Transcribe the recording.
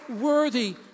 worthy